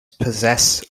possess